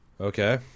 okay